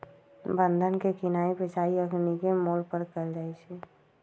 बन्धन के किनाइ बेचाई अखनीके मोल पर कएल जाइ छइ